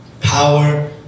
Power